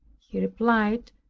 he replied,